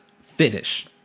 finish